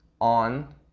on